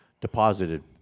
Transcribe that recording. deposited